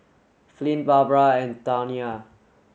Flint Barbra and Tawnya